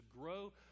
grow